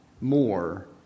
more